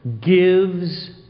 gives